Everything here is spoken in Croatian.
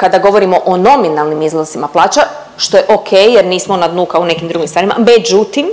kada govorimo o nominalnim iznosima plaća, što je ok jer nismo na dnu kao u nekim drugim stvarima, međutim